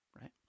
right